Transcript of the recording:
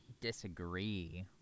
disagree